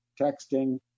texting